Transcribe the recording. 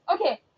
Okay